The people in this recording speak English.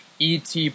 ET